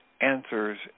answers